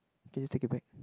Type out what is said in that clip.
can you just take it back